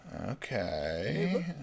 Okay